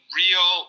real